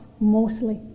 mostly